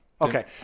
okay